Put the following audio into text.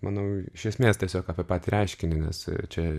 manau iš esmės tiesiog apie patį reiškinį nes čia